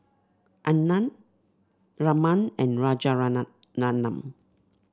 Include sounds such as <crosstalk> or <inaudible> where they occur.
Anand Raman and <unintelligible>